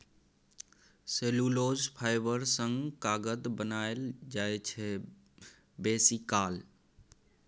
cellulose fibre सँ कागत बनाएल जाइ छै बेसीकाल